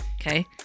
Okay